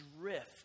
drift